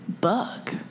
bug